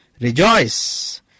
Rejoice